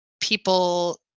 people